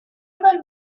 about